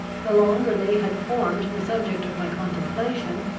the longer they had formed the subject of my contemplation,